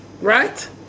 right